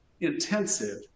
intensive